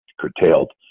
curtailed